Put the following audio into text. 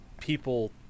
people